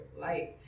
life